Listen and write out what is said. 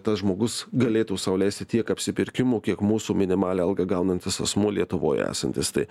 tas žmogus galėtų sau leisti tiek apsipirkimo kiek mūsų minimalią algą gaunantis asmuo lietuvoje esantis tai